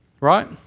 Right